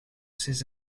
ses